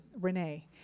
Renee